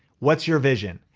what's your vision?